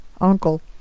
uncle